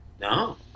No